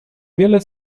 wiele